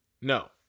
No